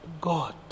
God